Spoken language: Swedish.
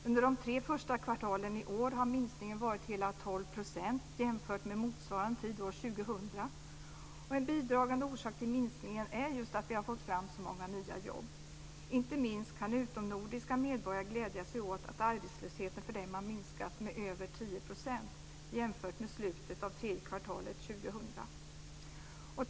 Under de tre första kvartalen i år har minskningen varit hela 12 % En bidragande orsak till minskningen är just att vi har fått fram så många nya jobb. Inte minst kan utomnordiska medborgare glädja sig åt att arbetslösheten för dem har minskat med över 10 % jämfört med slutet av tredje kvartalet 2000.